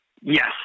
Yes